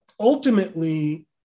Ultimately